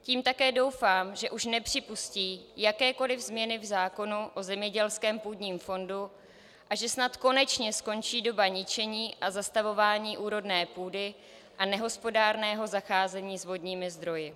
Tím také doufám, že už nepřipustí jakékoliv změny v zákonu o zemědělském půdním fondu a že snad konečně skončí doba ničení a zastavování úrodné půdy a nehospodárného zacházení s vodními zdroji.